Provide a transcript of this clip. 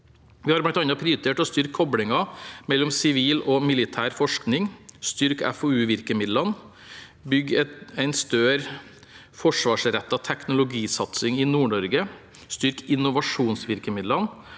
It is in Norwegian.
Vi har bl.a. prioritert å styrke koblingen mellom sivil og militær forskning, styrke FoU-virkemidlene, bygge en større forsvarsrettet teknologisatsing i Nord-Norge, styrke innovasjonsvirkemidlene